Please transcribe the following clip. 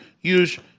use